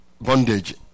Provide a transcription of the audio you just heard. bondage